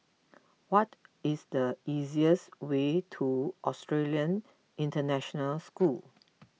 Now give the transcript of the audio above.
what is the easiest way to Australian International School